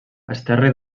esterri